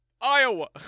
Iowa